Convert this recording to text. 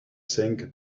sink